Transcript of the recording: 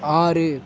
ஆறு